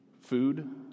Food